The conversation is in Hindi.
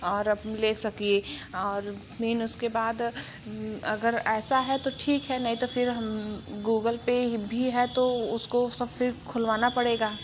और आप ले सकिए और मेन उसके बाद अगर ऐसा है तो ठीक है नहीं तो फिर हम गूगल पे ही भी है तो उसको उसका फिर खुलवाना पड़ेगा